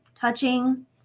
touching